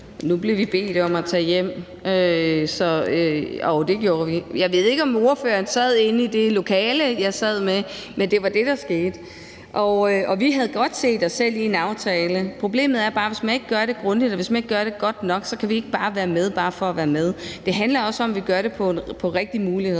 Nu blev vi jo bedt om at tage hjem – jo, det gjorde vi. Jeg ved ikke, om ordføreren sad inde i det lokale, jeg sad i, men det var det, der skete. Vi havde godt set os selv i en aftale. Problemet er bare, at hvis man ikke gør det grundigt, og hvis man ikke gør det godt nok, kan vi ikke være med bare for at være med. Det handler også om, at vi skal gøre det på den rigtige måde.